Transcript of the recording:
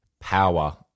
power